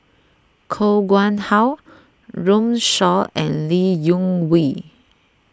Koh Nguang How Runme Shaw and Lee Wung Yew